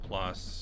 Plus